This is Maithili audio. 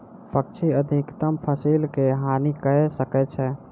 पक्षी अधिकतम फसिल के हानि कय सकै छै